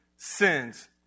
sins